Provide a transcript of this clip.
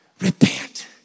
Repent